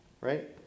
Right